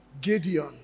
Gideon